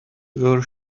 your